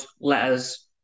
letters